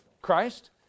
Christ